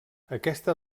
aquesta